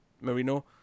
Marino